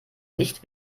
nicht